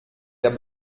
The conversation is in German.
der